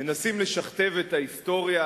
מנסים לשכתב את ההיסטוריה,